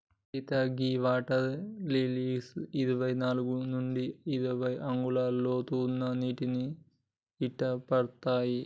సీత గీ water lilies ఇరవై నాలుగు నుండి అరవై అంగుళాల లోతు ఉన్న నీటిని ఇట్టపడతాయి